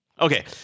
okay